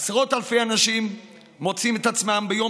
עשרות אלפי אנשים מוצאים את עצמם ביום